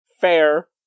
Fair